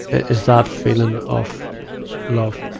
is that feeling of love